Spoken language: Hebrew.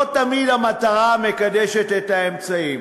לא תמיד המטרה מקדשת את האמצעים.